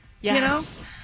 Yes